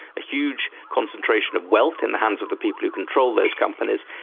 a huge concentration of wealth in the hands of the people who control those companies,